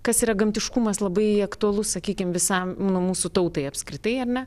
kas yra gamtiškumas labai aktualus sakykim visam nu mūsų tautai apskritai ar ne